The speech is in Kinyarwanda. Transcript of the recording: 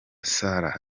sarah